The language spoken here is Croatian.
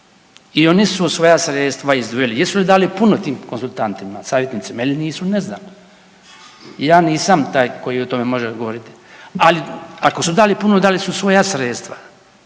i oni su svoja sredstva izdvojili, jesu li dali puno tim konzultantima savjetnicima ili nisu ne znamo. Ja nisam taj koji o tome može govoriti, ali ako su dali puno dali su svoja sredstva,